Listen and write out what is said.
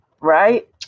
Right